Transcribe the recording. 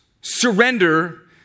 Surrender